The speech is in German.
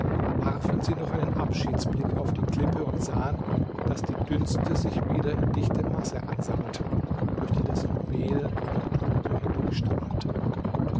warfen sie noch einen abschiedsblick auf die klippe und sahen daß die dünste sich wieder in dichte masse ansammelten durch die das juwel nur noch trübe